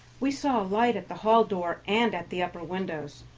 we saw a light at the hall-door and at the upper windows,